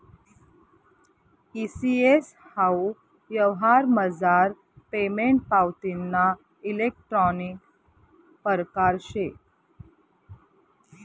E CS हाऊ यवहारमझार payment पावतीना इलेक्ट्रानिक परकार शे